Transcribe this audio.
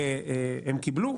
הם קיבלו.